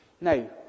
Now